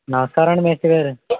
నమస్కారమండి మేస్త్రి గారు